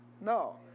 No